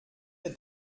ihr